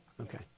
Okay